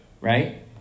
right